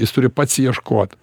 jis turi pats ieškot